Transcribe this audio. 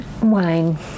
wine